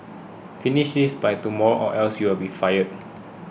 finish this by tomorrow or else you'll be fired